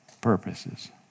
purposes